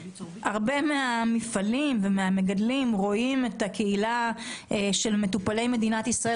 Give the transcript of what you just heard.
הרבה מהפעלים ומהמגדלים רואים את הקהילה של מטופלי מדינת ישראל